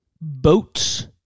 boats